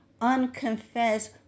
unconfessed